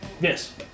Yes